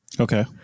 Okay